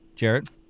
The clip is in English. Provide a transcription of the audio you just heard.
Jared